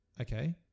okay